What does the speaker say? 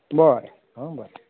बरें आ बरें